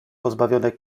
pozbawione